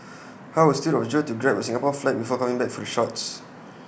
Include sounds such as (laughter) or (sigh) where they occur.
(noise) how astute of Joe to grab A Singapore flag before coming back for the shots